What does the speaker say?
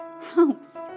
house